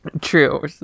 True